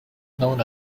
known